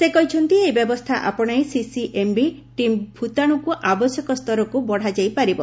ସେ କହିଛନ୍ତି ଏହି ବ୍ୟବସ୍ଥା ଆପଣାଇ ସିସିଏମ୍ବି ଟିମ୍ ଭୂତାଶୁକୁ ଆବଶ୍ୟକ ସ୍ତରକୁ ବଡ଼ାଯାଇ ପାରିବ